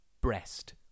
Breast